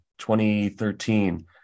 2013